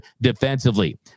defensively